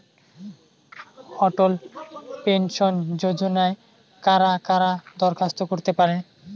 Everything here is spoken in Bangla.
অটল পেনশন যোজনায় কারা কারা দরখাস্ত করতে পারে?